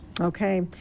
Okay